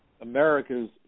America's